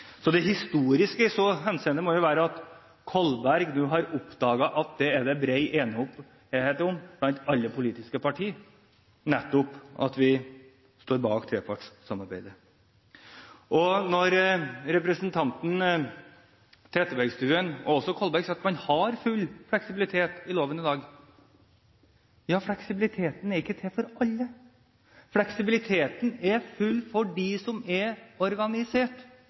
Det historiske i så henseende må jo være at Kolberg nå har oppdaget at det er bred enighet blant alle politiske partier om at vi står bak trepartssamarbeidet. Representantene Trettebergstuen og Kolberg sier at man har full fleksibilitet i loven i dag. Men fleksibiliteten er ikke til for alle. Fleksibiliteten er full for dem som er organisert.